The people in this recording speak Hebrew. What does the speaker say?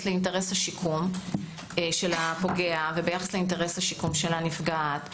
לאינטרס השיקום של פוגע וביחס לאינטרס השיקום של הנפגעת,